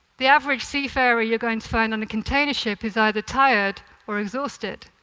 the average seafarer you're going to find on a container ship is either tired or exhausted,